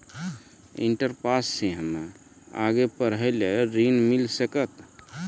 Inter pass छी हम्मे आगे पढ़े ला ऋण मिल सकत?